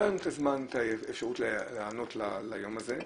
לא היה לנו את הזמן והאפשרות להיענות ליום הזה,